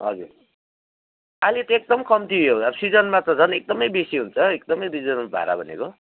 हजुर अहिले त्यस्तो पनि कम्ती हो अब सिजनमा त झन् एकदमै बेसी हुन्छ एकदमै रिजनेबल भारा भनेको